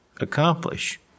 accomplish